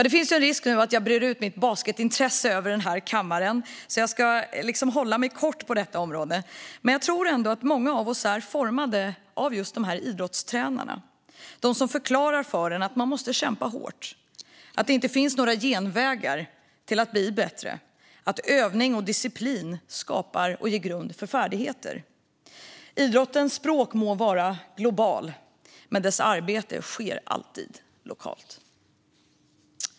Det finns en risk att jag brer ut mitt basketintresse över kammaren, så jag ska fatta mig kort på detta område. Men jag tror ändå att många av oss är formade av just de här idrottstränarna. Det är de som förklarar för en att man måste kämpa hårt, att det inte finns några genvägar till att bli bättre och att övning och disciplin skapar och ger grund för färdigheter. Idrottens språk må vara globalt, men dess arbete sker alltid lokalt.